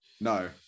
No